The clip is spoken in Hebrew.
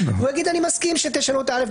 והוא יגיד: אני מסכים שתשנו א',